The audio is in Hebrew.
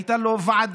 הייתה לו ועדה,